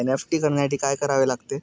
NEFT करण्यासाठी काय करावे लागते?